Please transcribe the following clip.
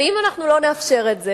ואם אנחנו לא נאפשר את זה